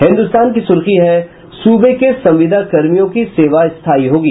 हिन्दुस्तान की सुर्खी है सुबे के संविदा कर्मियों की सेवा स्थायी होगी